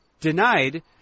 denied